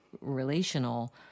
relational